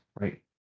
right